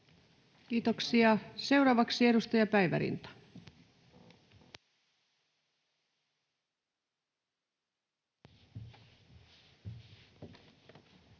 Kiitoksia. — Seuraavaksi edustaja Päivärinta.